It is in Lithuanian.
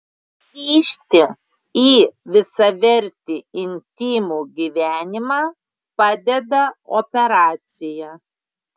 grįžti į visavertį intymų gyvenimą padeda operacija